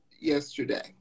yesterday